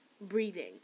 breathing